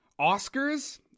Oscars